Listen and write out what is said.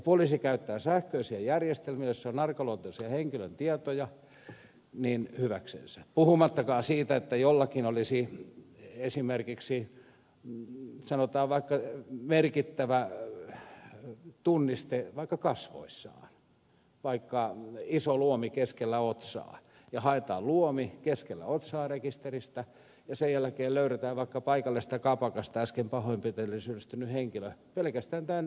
poliisi käyttää sähköisiä järjestelmiä joissa on arkaluontoisia henkilötietoja hyväksensä puhumattakaan siitä että jollakin olisi esimerkiksi sanotaan merkittävä tunniste vaikka kasvoissaan vaikka iso luomi keskellä otsaa ja haetaan luomi keskellä otsaa rekisteristä ja sen jälkeen löydetään vaikka paikallisesta kapakasta äsken pahoinpitelyyn syyllistynyt henkilö pelkästään tämän tuntomerkkirekisterin avulla